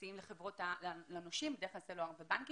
מציעים לנושים בדרך כלל אלה חברות הסלולר והבנקים